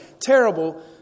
terrible